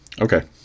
Okay